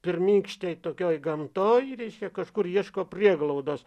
pirmykštei tokioj gamtoj reiškia kažkur ieško prieglaudos